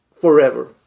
forever